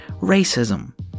Racism